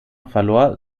verlor